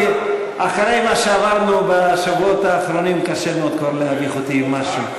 אחרי מה שעברנו בשבועות האחרונים קשה מאוד כבר להביך אותי במשהו.